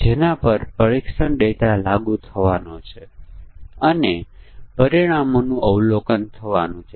આ કિસ્સાઓમાં ખરેખર 250 ડિઝાઇન હોય છે જે 50 ઇનપુટ પરિમાણો દરેક બે મૂલ્યો લે તેના માટે છે